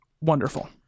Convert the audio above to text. wonderful